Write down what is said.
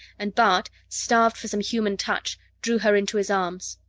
and bart, starved for some human touch, drew her into his arms.